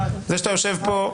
היא כועסת כאילו יש פה כבוד,